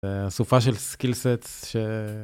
סופה של סקילסט.